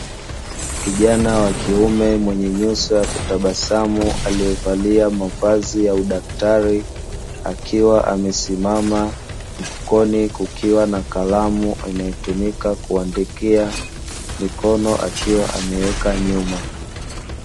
Kijana wa kiume mwenye nyuso ya kutabasanu aliyevalia mavazi ya udaktari, akiwa amesimama, mfukoni kukiwa na kalamu inayotumika kuandikia, mikono akiwa ameweka nyuma.